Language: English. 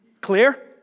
Clear